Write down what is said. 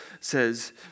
says